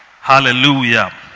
hallelujah